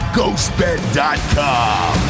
GhostBed.com